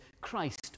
Christ